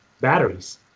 batteries